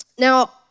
Now